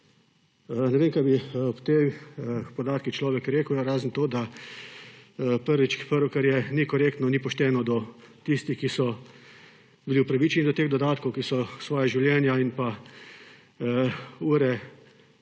Ne vem, kaj bi ob teh podatkih človek rekel, no, razen to, da, prvič, prvo kar je, ni korektno in ni pošteno do tistih, ki so bili upravičeni do teh dodatkov, ki so svoja življenja in pa ure